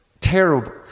Terrible